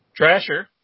Trasher